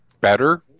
better